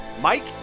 Mike